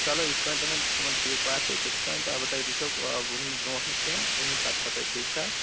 چلو یِتھ کَنۍ تہِ وۄنۍ تِمن ٹھیٖک باسہِ تِتھ کَنۍ تہِ البتہ یہِ دٔپۍ زیوکھ وُہِمہِ برٛونٛٹھ نہٕ کینٛہہ وُہِمہِ پَتہٕ پَتَے ٹھیٖک چھِ حظ